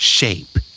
Shape